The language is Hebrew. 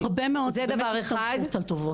הרבה מאוד מסתמכות על טובות.